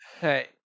Hey